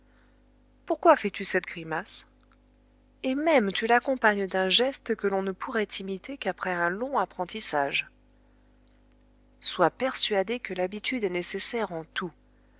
pourquoi fais-tu cette grimace et même tu l'accompagnes d'un geste que l'on ne pourrait imiter qu'après un long apprentissage sois persuadé que l'habitude est nécessaire en tout